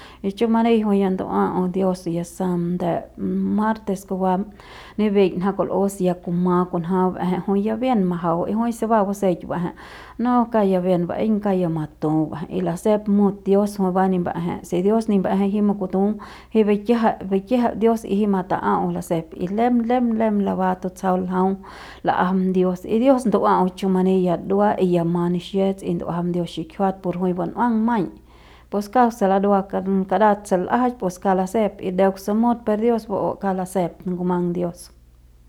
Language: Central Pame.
Y chumani jui ya ndu'ua'au ya dios ya sam ndep martes kubam nibiñ ja kul'us ya kuma kunja na'eje jui ya bien majau y jui se ba baseik ba'eje no kauk ya bien baeiñ kauk ya matuk y lasep mut dios jui ba ni ba'eje si dios ni ba'eje jiuk ma kutu jiukk bikiajai bikiejep dios y jiuk mata'au lasep y lem lem lem laba tutsjau ljau la'ajam dios y dios ndu'ua'au chumani ya dua y ya ma nixets y ndu'uajam dios xikjuat por jui bun'uang maiñ pues kauk se larua karat se l'ajach pus kauk lasep y deuk se mut per dios ba'u ke kauk lasep ngumang dios.